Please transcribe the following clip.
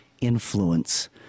influence